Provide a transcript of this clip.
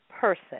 person